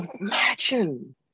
imagine